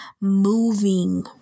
moving